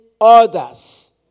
others